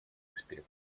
аспект